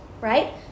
right